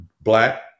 black